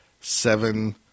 seven